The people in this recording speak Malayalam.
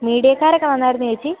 മീഡിയാക്കാരൊക്കെ വന്നാരുന്നോ ചേച്ചീ